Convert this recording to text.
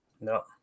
no